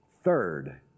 Third